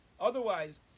Otherwise